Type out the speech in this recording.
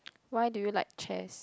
why do you like chess